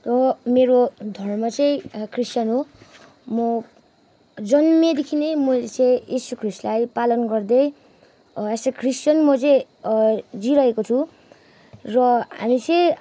र मेरो धर्म चाहिँ क्रिस्तान हो म जन्मिएदेखि नै मैले चाहिँ यिसु ख्रिस्टलाई पालन गर्दै एज अ क्रिस्तान म चाहिँ जिइरहेको छु र हामी चाहिँ